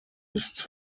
ist